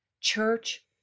Church